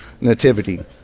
nativity